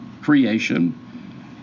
creation